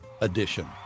edition